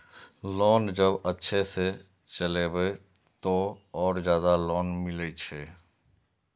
Loan जब अच्छा से चलेबे तो और ज्यादा लोन मिले छै?